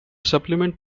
supplement